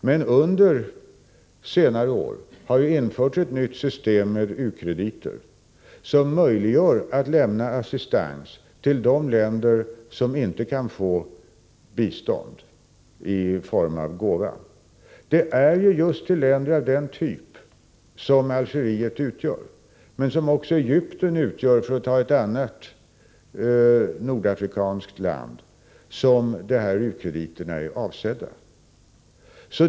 Men under senare år har det införts ett nytt system med u-krediter, som möjliggör för oss att lämna assistans till de länder som inte kan få bistånd i form av gåva. Det är just för länder av den typ som Algeriet utgör, men som också Egypten utgör för att ta ett annat nordafrikanskt land, som dessa u-krediter är avsedda.